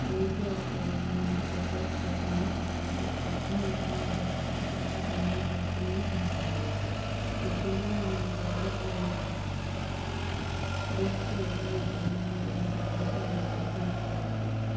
wait lifeguard నుండి భద్రత సూచనలు పొందండి సర్ఫింగ్ చేస్తున్నప్పుడల్లా సురక్షితమైన సర్ఫింగ్ని పొందండి ఎక్కువగా మనం జాగ్రత్తలు అనేవి బీచ్కి వెళ్తున్నప్పుడు మనం ఇలాంటి జాగ్రత్తలు అనేవి తీసుకోవాలి